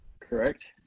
Correct